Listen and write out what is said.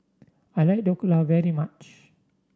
I like Dhokla very much